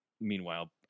Meanwhile